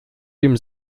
dem